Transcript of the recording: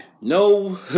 No